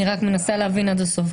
אני רק מנסה להבין עד הסוף.